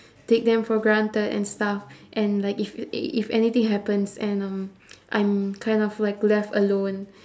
take them for granted and stuff and like if if anything happens and um I'm kind of like left alone